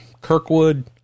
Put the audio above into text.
Kirkwood